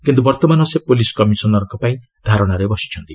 କିନ୍ତୁ ବର୍ତ୍ତମାନ ସେ ପୁଲିସ କମିଶନରଙ୍କ ପାଇଁ ଧାରଣାରେ ବସିଛନ୍ତି